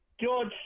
George